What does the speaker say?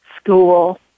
school